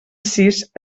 sis